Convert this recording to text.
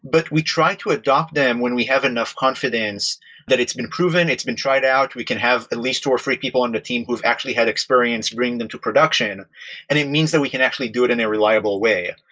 but we try to adapt them when we have enough confidence that it's been proven, it's been tried out. we can have at least two or three people on the team who've actually had experience bringing them to production and it means that we can actually do it in a reliable way.